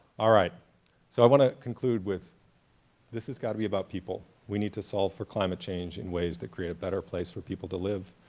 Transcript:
alright, so i want to conclude with this has got to be about people. we need to solve for climate change in ways that create a better place for people to live.